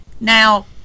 Now